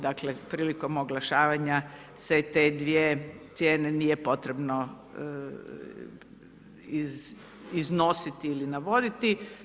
Dakle, prilikom oglašavanja se te dvije cijene nije potrebno iznositi ili navoditi.